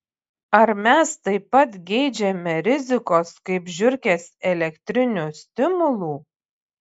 ar mes taip pat geidžiame rizikos kaip žiurkės elektrinių stimulų